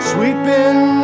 Sweeping